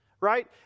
right